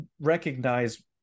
recognize